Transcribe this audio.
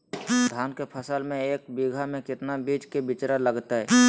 धान के फसल में एक बीघा में कितना बीज के बिचड़ा लगतय?